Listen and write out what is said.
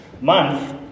month